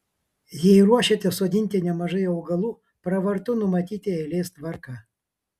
jei ruošiatės sodinti nemažai augalų pravartu numatyti eilės tvarką